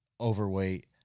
overweight